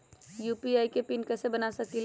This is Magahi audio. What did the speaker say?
यू.पी.आई के पिन कैसे बना सकीले?